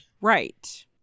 Right